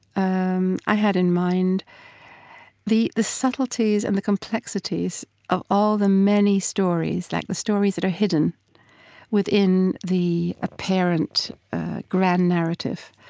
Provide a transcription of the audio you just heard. um i had in mind the the subtleties and the complexities of all the many stories, like the stories that are hidden within the apparent grand narrative